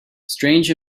strange